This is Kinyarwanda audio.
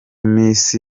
miss